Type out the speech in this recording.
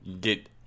get